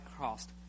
cost